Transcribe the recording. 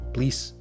Please